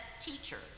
teachers